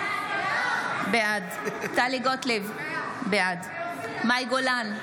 בעד טלי גוטליב, בעד מאי גולן,